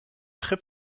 très